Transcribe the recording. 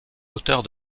auteur